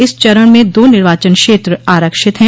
इस चरण में दो निर्वाचन क्षेत्र आरक्षित हैं